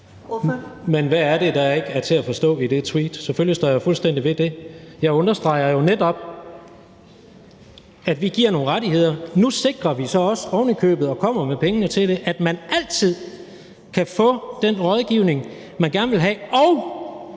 Men hvad er det, der ikke er til at forstå i det tweet? Selvfølgelig står jeg fuldstændig ved det. Jeg understreger jo netop, at vi giver nogle rettigheder. Nu sikrer vi så også, og kommer ovenikøbet med pengene til det, at man altid kan få den rådgivning, man gerne vil have.